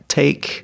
take